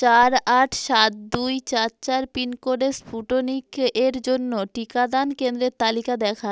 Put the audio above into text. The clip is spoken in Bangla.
চার আট সাত দুই চার চার পিনকোডে স্পুটনিক এ এর জন্য টিকাদান কেন্দ্রের তালিকা দেখান